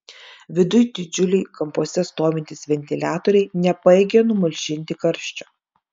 viduj didžiuliai kampuose stovintys ventiliatoriai nepajėgė numalšinti karščio